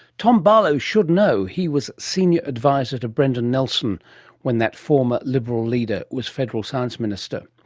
tom barlow should know. he was senior adviser to brendan nelson when that former liberal leader was federal science minister.